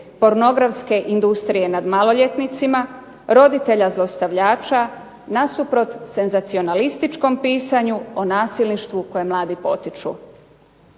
pornografske industrije nad maloljetnicima, roditelja zlostavljača nasuprot senzacionalističkom pisanju o nasilništvu koje mladi potiču.